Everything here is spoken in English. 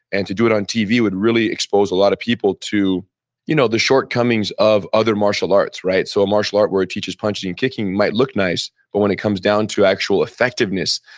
and to do it on tv would really expose a lot of people to you know the shortcomings of other martial arts a so martial art where it teaches punching and kicking might look nice, but when it comes down to actual effectiveness,